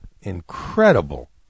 incredible